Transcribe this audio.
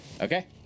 Okay